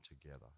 together